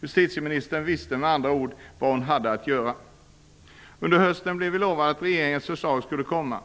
Justitieministern visste med andra ord vad hon hade att göra. Under hösten blev vi lovade att regeringens förslag skulle komma.